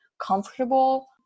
comfortable